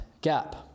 gap